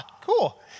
cool